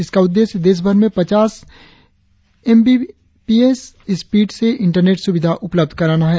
इसका उद्देश्य देशभर में पचास एमवीपीएस स्पीड से इंटरनेट सुविधा उपलब्ध कराना है